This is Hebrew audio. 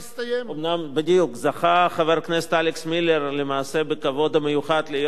אומנם זכה חבר הכנסת אלכס מילר בכבוד המיוחד להיות יושב-ראש